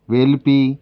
वेलपी